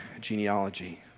genealogy